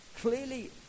clearly